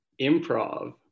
improv